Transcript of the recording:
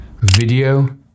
Video